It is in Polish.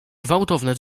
gwałtowne